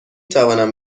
توانم